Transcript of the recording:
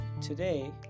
Today